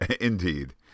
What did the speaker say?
indeed